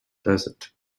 desert